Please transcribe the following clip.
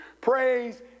Praise